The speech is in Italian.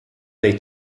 dei